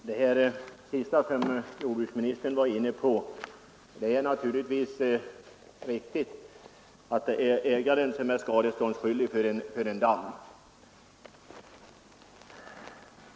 Herr talman! Det sista som jordbruksministern var inne på, att ägaren är skadeståndsskyldig för en damm, är naturligtvis riktigt.